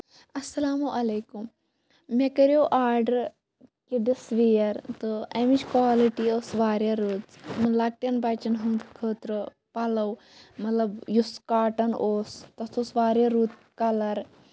اَلسلامُ علیکُم مےٚ کَریو آڈر کِڈس وِیر تہٕ اَمِچ کولٹی ٲس واریاہ رٔژ یِمن لۄکٹین بَچن ۂندۍ خٲطرٕ پَلو مطلب یُس کاٹَن اوس تَتھ اوس واریاہ رُت کَلر